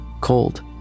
Cold